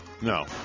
No